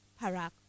Parak